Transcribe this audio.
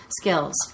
skills